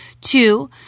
Two